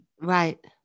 Right